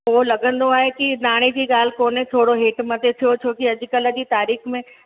पोइ लॻंदो आहे कि नाणे जी ॻाल्हि कोने थोरो हेठि मथे थियो छो कि अॼुकल्ह जी तारीख़ में